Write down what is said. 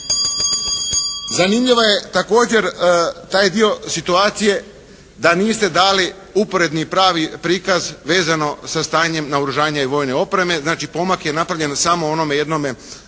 Zanimljiv je također taj dio situacije da niste dali uporedni pravi prikaz vezano sa stanjem naoružanja i vojne opreme, znači pomak je napravljen na samo onome jednome